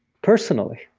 personally,